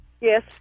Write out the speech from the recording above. Yes